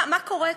מה קורה כאן?